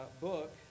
Book